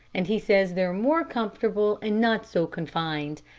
and he says they're more comfortable and not so confined.